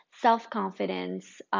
self-confidence